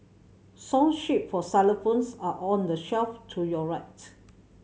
song sheet for xylophones are on the shelf to your right